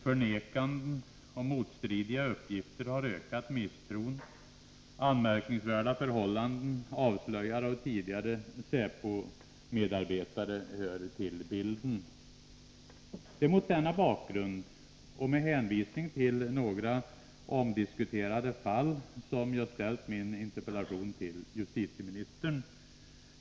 Förnekanden och motstridiga uppgifter har ökat misstron. Anmärkningsvärda förhållanden avslöjade av tidigare säpo-medarbetare hör till bilden. Det är mot denna bakgrund och med hänvisning till några omdiskuterade fall som jag framställt min interpellation.